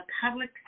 public